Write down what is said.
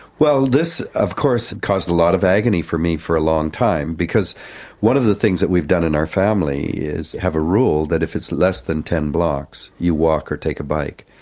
well, this of course and caused a lot of agony for me for a long time, because one of the things that we've done in our family is have a rule that if it's less than ten blocks you walk or take a bike.